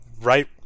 right